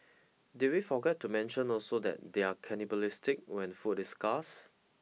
did we forget to mention also that they're cannibalistic when food is scarce